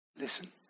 listen